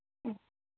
ഉം